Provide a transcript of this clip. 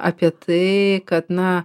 apie tai kad na